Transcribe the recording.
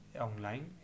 online